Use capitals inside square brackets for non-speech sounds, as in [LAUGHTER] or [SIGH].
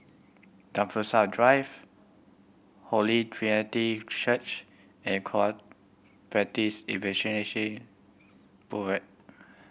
Tembusu Drive Holy Trinity Church and Corrupt Practice Investigation [UNINTELLIGIBLE]